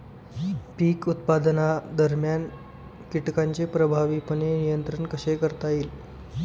पीक उत्पादनादरम्यान कीटकांचे प्रभावीपणे नियंत्रण कसे करता येईल?